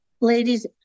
ladies